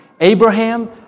Abraham